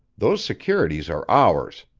those securities are ours.